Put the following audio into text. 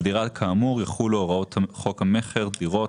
על דירה כאמור יחולו הוראות חוק המכר (דירות),